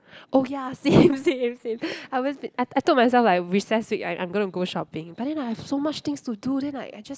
oh ya same same same I always I I told myself like recess week I'm I'm gonna go shopping but then I have so much things to do then like I just